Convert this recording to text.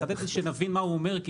לחדד כדי שנבין מה הוא אומר.